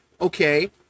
okay